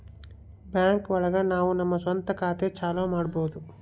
bank ಒಳಗ ನಾವು ನಮ್ ಸ್ವಂತ ಖಾತೆ ಚಾಲೂ ಮಾಡ್ಬೋದು